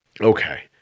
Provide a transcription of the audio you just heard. okay